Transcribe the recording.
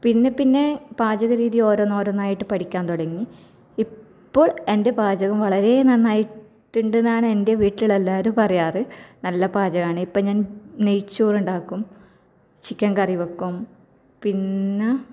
പിന്നെ പിന്നെ പാചക രീതി ഓരോന്ന് ഓരോന്നായിട്ട് പഠിക്കാൻ തുടങ്ങി ഇപ്പോൾ എൻ്റെ പാചകം വളരെ നന്നായിട്ടുണ്ട് എന്നാണ് എൻ്റെ വീട്ടിലുള്ള എല്ലാവരും പറയാറ് നല്ല പാചകം ആണിപ്പോൾ ഞാൻ നെയ്യ് ചോറ് ഉണ്ടാക്കും ചിക്കൻ കറി വെക്കും പിന്നെ